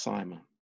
Simon